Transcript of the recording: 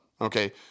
Okay